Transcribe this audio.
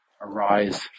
arise